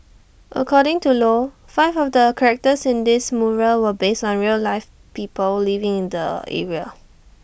according to low five of the characters in this mural were based on real life people living in the area